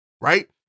right